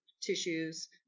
tissues